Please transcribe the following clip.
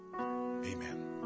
amen